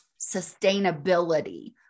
sustainability